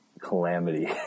calamity